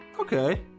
Okay